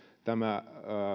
tämä